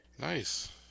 Nice